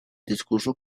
discurso